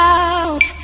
out